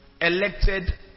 elected